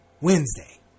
Wednesday